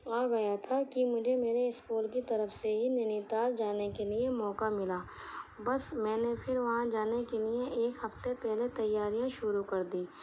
آ گیا تھا کہ مجھے میرے اسکول کی طرف سے ہی نینی تال جانے کے لیے موقع ملا بس میں نے پھر وہاں جانے کے لیے ایک ہفتے پہلے تیاریاں شروع کر دی